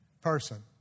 person